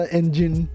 engine